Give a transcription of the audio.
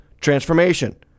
transformation